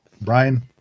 Brian